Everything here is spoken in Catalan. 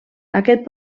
aquest